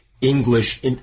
English